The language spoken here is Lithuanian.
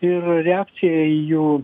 ir reakcija į jų